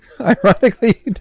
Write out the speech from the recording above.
ironically